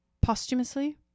posthumously